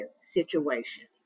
situation